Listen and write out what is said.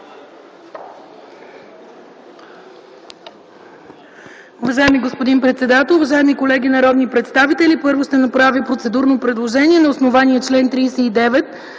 Уважаеми господин председател, уважаеми колеги народни представители! Първо ще направя процедурно предложение на основание чл. 39,